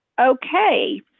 Okay